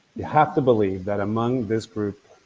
you have to believe that among this group,